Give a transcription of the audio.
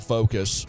Focus